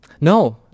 No